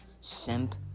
simp